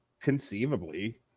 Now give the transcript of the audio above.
conceivably